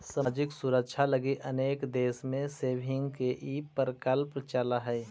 सामाजिक सुरक्षा लगी अनेक देश में सेविंग्स के ई प्रकल्प चलऽ हई